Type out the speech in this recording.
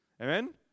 Amen